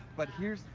but here's,